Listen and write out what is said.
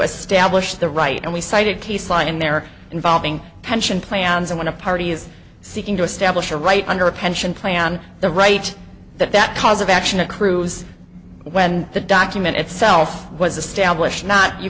establish the right and we cited case law in there involving pension plans and when a party is seeking to establish a right under a pension plan the right that that cause of action accrues when the document itself was established not you